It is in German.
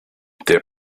der